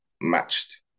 matched